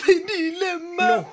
no